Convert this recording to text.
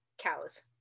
cows